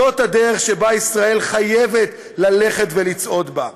זאת הדרך שבה ישראל חייבת ללכת ולצעוד בה.